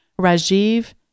Rajiv